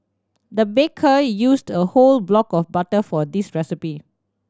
the baker used a whole block of butter for this recipe